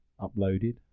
uploaded